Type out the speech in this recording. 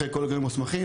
אחרי כל הגורמים המוסמכים.